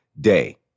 day